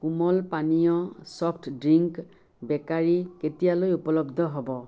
কোমল পানীয় soft drink bakery কেতিয়ালৈ উপলব্ধ হ'ব